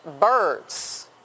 birds